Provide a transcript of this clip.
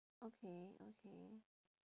okay okay